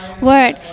word